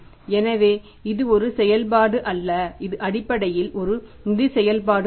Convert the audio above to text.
எனவே இது ஒரு செயல்பாடு அல்ல இது அடிப்படையில் ஒரு நிதி செயல்பாடு ஆகும்